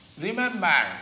remember